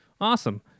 Awesome